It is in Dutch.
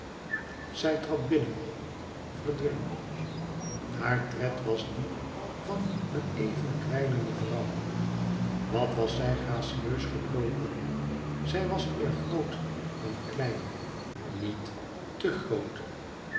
zij trad binnen verdween haar tred was die van een even kwijnende vrouw wat was zij gracieus gebroken zij was eer groot dan klein niet te groot